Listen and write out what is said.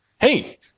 Hey